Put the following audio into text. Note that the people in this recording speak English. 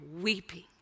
weeping